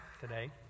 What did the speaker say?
today